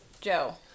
Joe